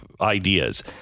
ideas